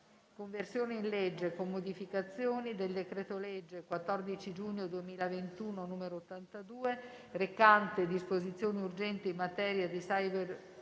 Conversione in legge, con modificazioni, del decreto-legge 14 giugno 2021, n. 82, recante disposizioni urgenti in materia di